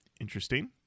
Interesting